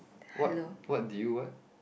what what did you what